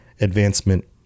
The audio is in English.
advancement